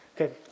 Okay